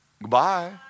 Goodbye